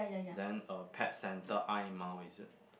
then a pet center I-Mount is it